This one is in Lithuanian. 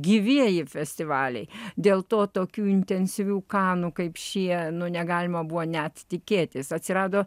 gyvieji festivaliai dėl to tokių intensyvių kanų kaip šie nu negalima buvo net tikėtis atsirado